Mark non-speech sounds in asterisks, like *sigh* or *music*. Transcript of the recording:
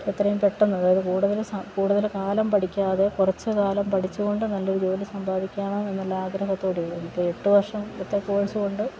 എത്രയും പെട്ടെന്ന് അതായത് കൂടുതല് കൂടുതല് കാലം പഠിക്കാതെ കുറച്ചുകാലം പഠിച്ചുകൊണ്ട് നല്ലയൊരു ജോലി സമ്പാദിക്കണമെന്നുള്ള ആഗ്രഹത്തോട് *unintelligible* ഇപ്പോള് എട്ട് വർഷത്തെ കോഴ്സ് ഉണ്ട്